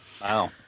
Wow